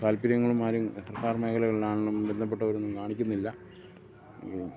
താല്പര്യങ്ങളും ആരും സർക്കാർ മേഖലകളിലണെങ്കിലും ബന്ധപ്പെട്ടവരൊന്നും കാണിക്കുന്നില്ല